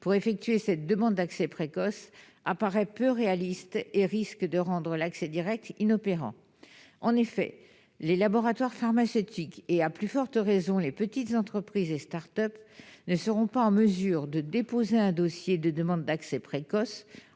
pour effectuer cette demande d'accès précoce apparaît peu réaliste et risque de rendre l'accès direct inopérant. En effet, les laboratoires pharmaceutiques, et à plus forte raison les petites entreprises et start-up, ne seront pas en mesure de déposer un dossier de demande d'accès précoce